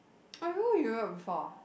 oh you you heard before